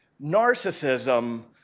narcissism